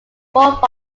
forefront